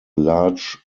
large